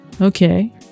Okay